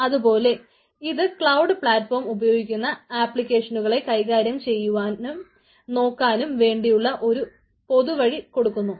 അതുപോലെ അത് cloud platform ഉപയോഗിക്കുന്ന ആപ്ലിക്കേഷനുകളെ കൈകാര്യം ചെയ്യാനും നോക്കുവാനും വേണ്ടിയുള്ള ഒരു പൊതുവഴി കൊടുക്കുന്നു